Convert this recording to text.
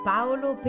Paolo